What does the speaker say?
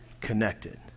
connected